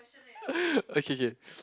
okay okay